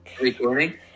Recording